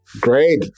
Great